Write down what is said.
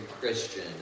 Christian